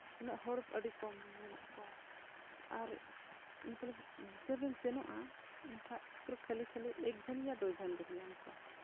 ᱩᱱᱟᱹᱜ ᱦᱚᱲ ᱟᱹᱰᱤ ᱠᱚᱢ ᱢᱮᱱᱟᱜ ᱠᱚᱣᱟ ᱟᱨ ᱢᱚᱛᱞᱚᱵᱽ ᱡᱚᱵᱮᱢ ᱥᱮᱱᱚᱜᱼᱟ ᱮᱱᱠᱷᱟᱱ ᱯᱩᱨᱟᱹ ᱠᱷᱟᱹᱞᱤ ᱠᱷᱟᱹᱞᱤ ᱮᱠ ᱧᱟᱢ ᱠᱚᱣᱟ